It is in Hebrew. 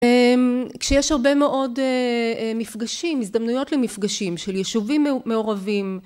כשיש הרבה מאוד מפגשים, הזדמנויות למפגשים של יישובים מעורבים